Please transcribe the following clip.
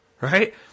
right